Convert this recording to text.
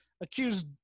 accused